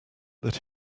that